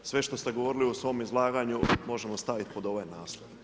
Sve što ste govorili u svom izlaganju, možemo staviti pod ovaj naslov.